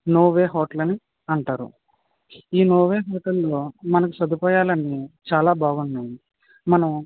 నోవే hotel అని అంటారు ఈ నోవే హోటల్లో మనకు సదుపాయాలు అన్నీ చాలా బాగున్నాయి మనం